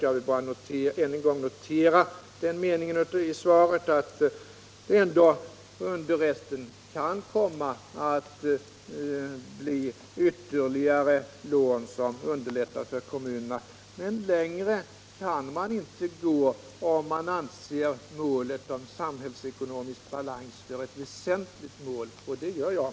Jag poängterar bara ännu en gång den mening i mitt svar där jag säger att under resten av år 1977 kan dessutom ytterligare låneansökningar komma att beviljas. Det kan ju underlätta för kommunerna. Längre kan man inte gå, om man anser målet, samhällsekonomisk balans, vara ett väsentligt mål — och det gör jag!